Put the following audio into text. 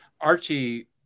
Archie